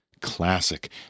classic